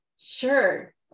sure